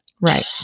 right